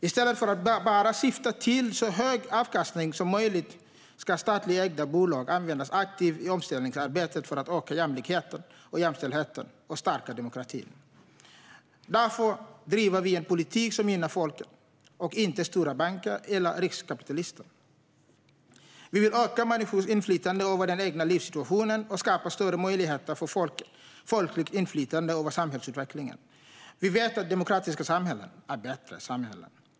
I stället för att bara syfta till så hög avkastning som möjligt ska statligt ägda bolag användas aktivt i omställningsarbetet för att öka jämlikheten och jämställdheten och stärka demokratin. Därför driver vi en politik som gynnar folket och inte stora banker eller riskkapitalister. Vi vill öka människors inflytande över den egna livssituationen och skapa större möjligheter för folkligt inflytande över samhällsutvecklingen. Vi vet att demokratiska samhällen är bättre samhällen.